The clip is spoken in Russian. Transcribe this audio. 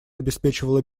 обеспечивала